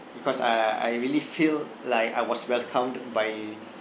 because I I I really feel like I was welcomed by